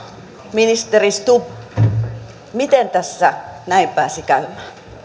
ministeri stubb miten tässä näin pääsi käymään